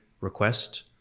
request